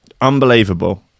unbelievable